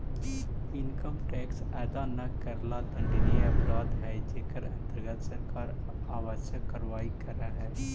income tax अदा न करला दंडनीय अपराध हई जेकर अंतर्गत सरकार आवश्यक कार्यवाही करऽ हई